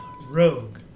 rogue